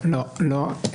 לא, לא.